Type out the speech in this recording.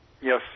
Yes